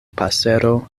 pasero